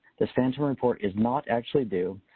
this phantom report is not actually due,